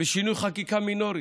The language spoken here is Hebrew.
בשינוי חקיקה מינורי.